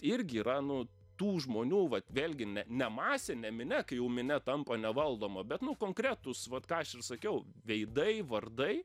irgi yra nu tų žmonių vat vėlgi ne masė ne minia kai jau minia tampa nevaldoma bet nu konkretūs vat ką aš ir sakiau veidai vardai